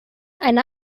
eine